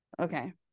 Okay